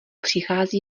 přichází